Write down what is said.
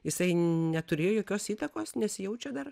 jisai neturėjo jokios įtakos nesijaučia dar